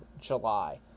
July